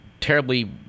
terribly